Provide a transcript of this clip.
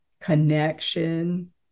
connection